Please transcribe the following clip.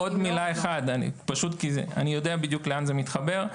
עוד מילה אחת פשוט כי אני יודע לאן זה מתחבר,